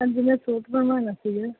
ਹਾਂਜੀ ਮੈਂ ਸੂਟ ਬਣਵਾਉਣਾ ਸੀਗਾ